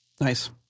Nice